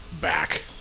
back